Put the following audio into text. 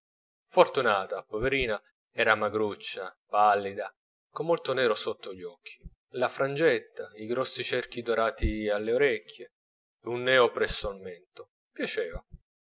fortunata poverina era magruccia pallida con molto nero sotto gli occhi la frangetta i grossi cerchi dorati alle orecchie un neo presso al mento